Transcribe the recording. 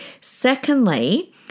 Secondly